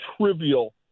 trivial